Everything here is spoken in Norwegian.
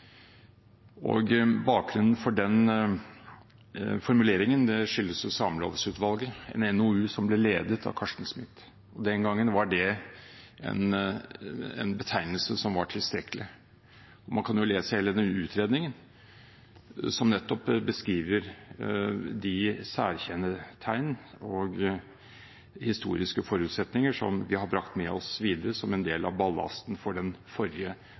formuleringen skyldes Samerettsutvalget og en NOU som ble ledet av Carsten Smith. Den gangen var det en betegnelse som var tilstrekkelig. Man kan lese hele utredningen, som nettopp beskriver de særkjennetegn og historiske forutsetninger som vi har brakt med oss videre som en del av ballasten for den forrige